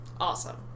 Awesome